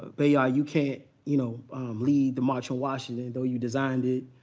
but ah you can't you know lead the march on washington though you designed it